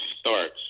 starts